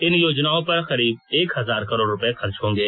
इन योजनाओं पर करीब एक हजार करोड़ रुपए खर्च होंगे